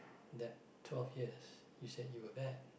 that twelve years you said you were bad